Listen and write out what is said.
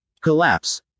Collapse